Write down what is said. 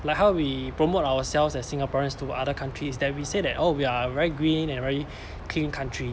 like how we promote ourselves as singaporeans to other countries is that we say that oh we are a very green and very clean country